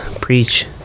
preach